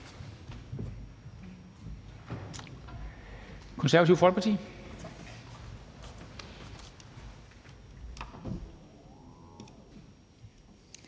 Konservative Folkeparti.